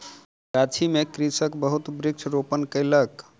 गाछी में कृषक बहुत वृक्ष रोपण कयलक